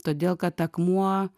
todėl kad akmuo